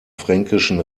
fränkischen